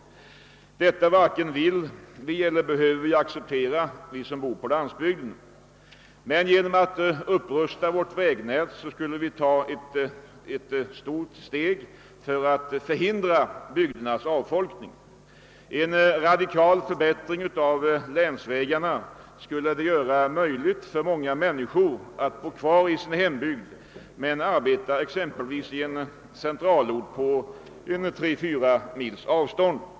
Detta varken vill eller behöver vi som bor på landsbygden acceptera. Genom att upprusta vårt vägnät skulle vi ta ett stort steg för att förhindra bygdernas avfolkning. En radikal förbättring av länsvägarna skulle göra det möjligt för många människor att bo kvar i sin hembygd men arbeta i en centralort, till och med på fyra—fem mils avstånd.